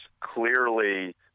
clearly